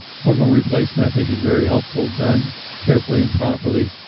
hormone replacement i think is very helpful done carefully and properly.